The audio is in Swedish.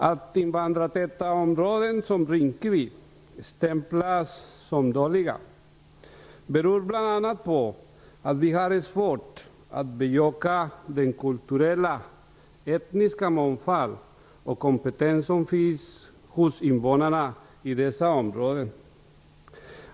Att invandrartäta områden som Rinkeby stämplats som dåliga beror bl.a. på att vi har svårt att bejaka den kulturella och etniska mångfald om kompetens som finns hos invånarna i dessa områden.